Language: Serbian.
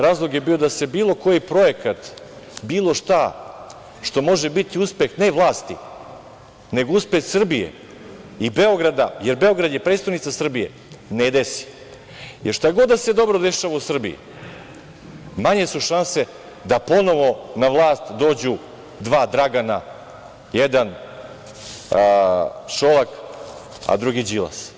Razlog je bio da se bilo koji projekat, bilo šta što može biti uspeh, ne vlasti, nego uspeh Srbije i Beograda, jer Beograd je prestonica Srbije, ne desi, jer, šta god da se dobro dešava u Srbiji manje su šanse da ponovo na vlast dođu dva Dragana, jedan Šolak, a drugi Đilas.